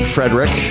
Frederick